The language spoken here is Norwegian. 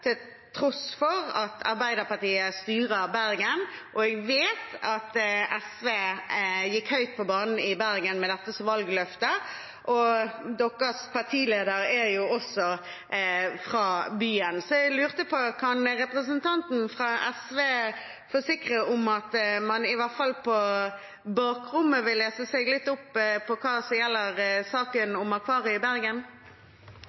til tross for at Arbeiderpartiet styrer Bergen, og jeg vet at SV gikk høyt på banen i Bergen med dette som valgløfte. Deres partileder er jo også fra byen, så jeg lurte på om representanten fra SV kan forsikre om at man i hvert fall på bakrommet vil lese seg litt opp på det som gjelder